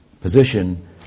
position